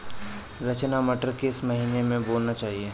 रचना मटर किस महीना में बोना चाहिए?